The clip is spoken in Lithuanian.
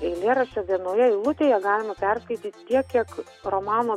eilėraščio vienoje eilutėje galima perskaityt tiek kiek romano